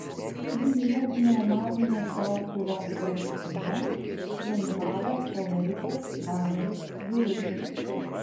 vyrų pneumatinio šautuvo rungtyje triumfavo favoritas karolis girulis